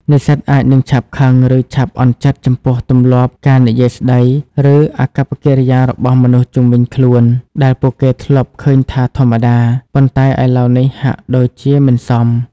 និស្សិតអាចនឹងឆាប់ខឹង ឬឆាប់អន់ចិត្តចំពោះទម្លាប់ការនិយាយស្តី ឬអាកប្បកិរិយារបស់មនុស្សជុំវិញខ្លួន ដែលពួកគេធ្លាប់ឃើញថាធម្មតា ប៉ុន្តែឥឡូវនេះហាក់ដូចជាមិនសម។